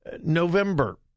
November